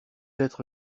être